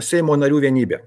seimo narių vienybė